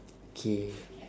K